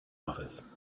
office